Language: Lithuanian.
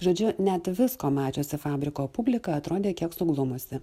žodžiu net visko mačiusi fabriko publika atrodė kiek suglumusi